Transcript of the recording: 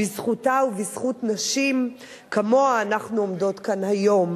בזכותה ובזכות נשים כמוה אנחנו עומדות כאן היום.